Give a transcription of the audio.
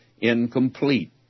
incomplete